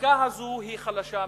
הזיקה הזאת היא חלשה מאוד,